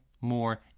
more